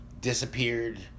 disappeared